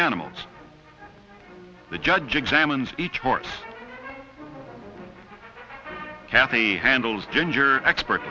animals the judge examines each horse kathy handles ginger expert